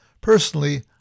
Personally